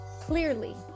Clearly